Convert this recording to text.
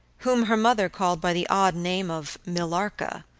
whom her mother called by the odd name of millarca,